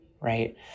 right